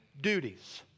duties